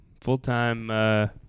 Full-time